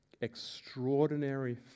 extraordinary